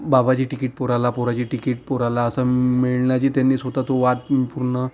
बाबाचे ticket पोराला पोराचे ticket पोराला असं मिळण्याची त्यांनी स्वतः तो वाद पूर्ण